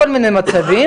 כל מיני מצבים,